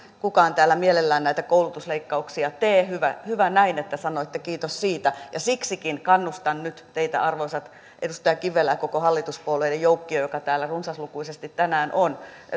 kukaan täällä mielellään näitä koulutusleikkauksia tee hyvä hyvä että sanoitte kiitos siitä ja siksikin kannustan nyt teitä edustaja kivelää ja koko hallituspuolueiden joukkiota joka täällä runsaslukuisesti tänään on